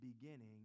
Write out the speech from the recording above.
beginning